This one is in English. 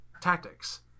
tactics